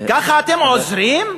ככה אתם עוזרים?